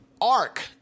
arc